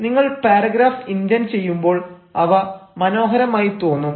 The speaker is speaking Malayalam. നിങ്ങൾ പാരഗ്രാഫ് ഇന്റെൻഡ് ചെയ്യുമ്പോൾ അവ മനോഹരമായി തോന്നും